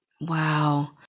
Wow